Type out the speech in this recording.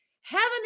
Heaven